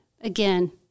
again